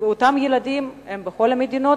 אותם ילדים הם בכל המדינות.